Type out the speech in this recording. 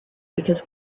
because